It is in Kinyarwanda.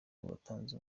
uwatanze